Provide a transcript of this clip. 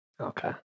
Okay